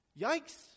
yikes